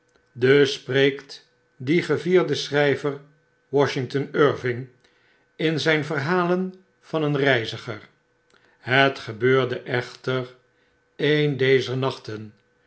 dus spreekt die gevierde schry ver washington irving in zyn verhalen van een reiziger het gebeurde echter een dezer nachten